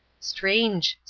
strange,